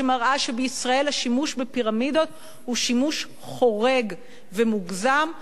שמראה שבישראל השימוש בפירמידות הוא שימוש חורג ומוגזם,